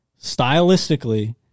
stylistically